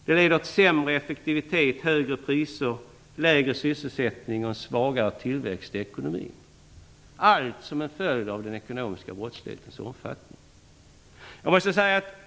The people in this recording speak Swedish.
Det leder till sämre effektivitet, högre priser, lägre sysselsättning och en svagare tillväxt i ekonomin, allt som en följd av den ekonomiska brottslighetens omfattning.